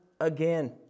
again